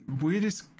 Weirdest